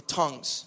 tongues